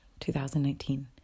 2019